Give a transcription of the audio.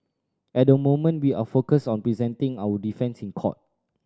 at the moment we are focused on presenting our defence in court